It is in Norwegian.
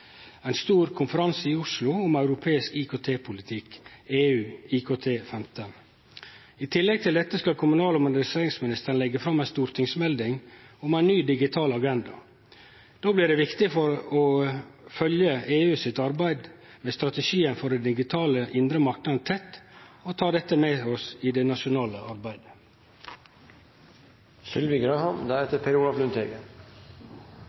ein stor konferanse i Oslo om europeisk IKT-politikk, EUIKT15. I tillegg til dette skal kommunal- og moderniseringsministeren leggje fram ei stortingsmelding om ein ny digital agenda. Då blir det viktig å følgje EU sitt arbeid med strategien for den digitale indre marknaden tett og ta dette med oss i det nasjonale